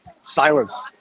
Silence